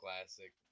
classic